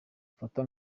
bafatwa